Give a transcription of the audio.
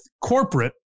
corporate